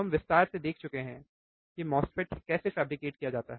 हम विस्तार से देख चुके हैं कि MOSFET कैसे फैब्रिकेट किया जाता है